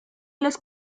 las